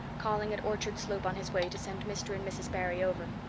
calling at orchard slope on his way to send mr. and mrs. barry over.